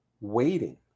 waiting